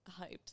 hyped